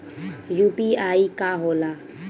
UPI का होला?